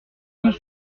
mille